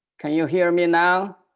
can you hear me now?